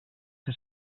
que